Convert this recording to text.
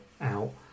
out